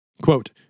Quote